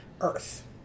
Earth